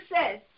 says